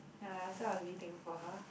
ya so I was really thankful for her